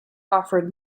offered